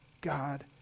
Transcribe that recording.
God